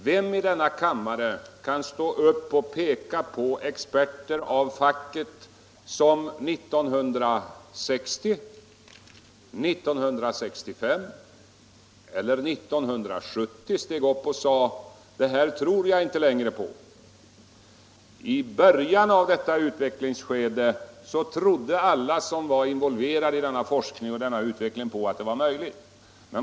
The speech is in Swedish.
Vem i denna kammare kan peka på experter av facket som 1960, 1965 eller 1970 steg upp och sade: ”Det här tror jag inte längre på.” I början av detta utvecklingsskede trodde alla som var involverade i denna forskning och utveckling på att det var möjligt att använda kärnkraften.